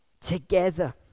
Together